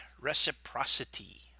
reciprocity